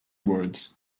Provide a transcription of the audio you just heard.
words